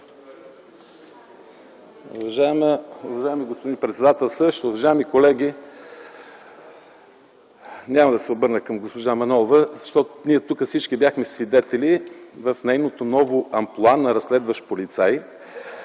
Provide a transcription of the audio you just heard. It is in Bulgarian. Уважаеми господин председателстващ, уважаеми колеги! Няма да се обърна към госпожа Манолова, защото ние всички тук бяхме свидетели в нейното ново амплоа на разследващ полицай.